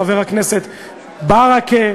חבר הכנסת ברכה,